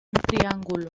triángulo